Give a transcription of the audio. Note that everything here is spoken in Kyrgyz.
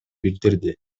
билдирди